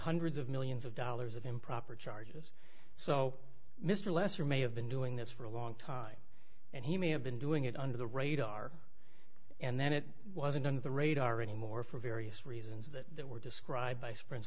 hundreds of millions of dollars of improper charges so mr lester may have been doing this for a long time and he may have been doing it under the radar and then it wasn't on the radar anymore for various reasons that were described by sprin